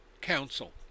Council